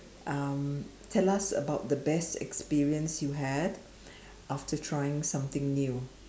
um tell us about the best experience you had after trying something new